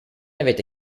avete